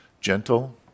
gentle